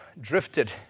drifted